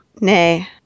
Nay